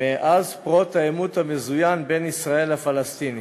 מאז פרוץ העימות המזוין בין ישראל לפלסטינים,